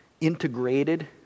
integrated